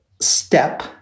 step